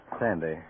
Sandy